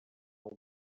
them